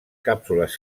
càpsules